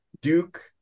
Duke